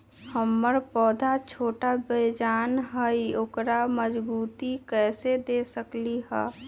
हमर पौधा छोटा बेजान हई उकरा मजबूती कैसे दे सकली ह?